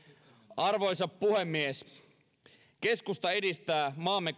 arvoisa puhemies keskusta edistää maamme